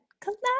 Collapse